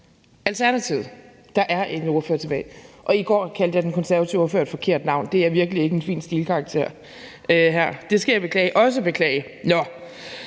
der ikke er nogen ordførere tilbage. I går kaldte jeg den konservative ordfører et forkert navn, det giver virkelig ikke en fin stilkarakter her, så det skal jeg også beklage. Med